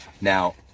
Now